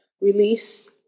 Release